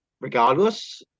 regardless